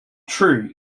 true